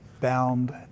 bound